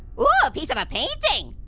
ooh, a piece of a painting!